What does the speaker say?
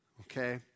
Okay